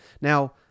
Now